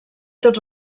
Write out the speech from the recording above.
tots